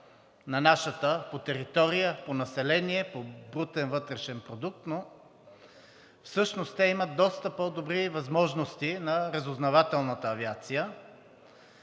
на нашата по територия, по население, по брутен вътрешен продукт, но всъщност те имат доста по-добри възможности на разузнавателната авиация.